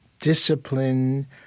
discipline